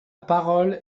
parole